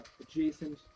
adjacent